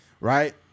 right